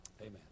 Amen